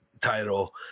title